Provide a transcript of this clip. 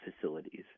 facilities